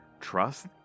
trust